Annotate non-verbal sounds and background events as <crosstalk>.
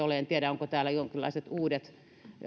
<unintelligible> ole paikalla en tiedä onko täällä jonkinlaiset uudet